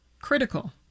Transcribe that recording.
critical